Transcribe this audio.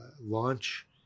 launch